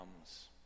comes